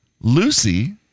Lucy